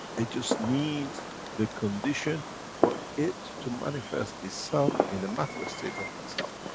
it just needs the condition for it to manifest itself in a matter of state of itself.